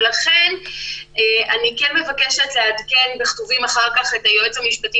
ולכן אני מבקשת לעדכן בכתובים את היועץ המשפטי